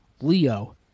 Leo